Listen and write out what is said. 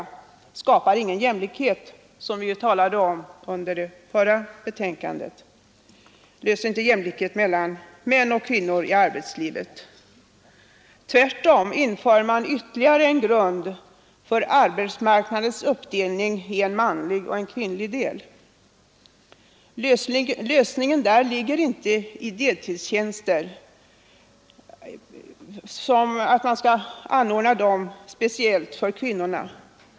Det skapar inte någon jämlikhet mellan män och kvinnor i arbetslivet, något som vi talade om vid behandlingen av det förra betänkandet. Tvärtom inför man ytterligare en grund för arbetsmarknadens uppdelning i en manlig och en kvinnlig del. Lösningen ligger där inte i att deltidstjänster skall anordnas speciellt för kvinnorna.